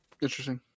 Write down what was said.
Interesting